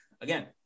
Again